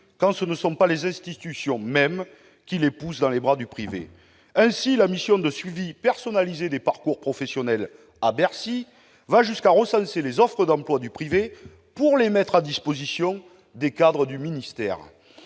quand ce ne sont pas les institutions mêmes qui les poussent dans les bras du privé. Ainsi, la mission de suivi personnalisé des parcours professionnels, à Bercy, va jusqu'à recenser les offres d'emploi du privé pour les mettre à disposition des cadres du ministère.